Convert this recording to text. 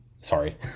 sorry